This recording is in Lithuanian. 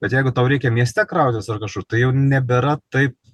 bet jeigu tau reikia mieste krautis ar kažkur tai jau nebėra taip